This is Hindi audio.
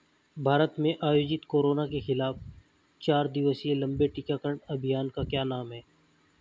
भारत में आयोजित कोरोना के खिलाफ चार दिवसीय लंबे टीकाकरण अभियान का क्या नाम है?